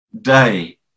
day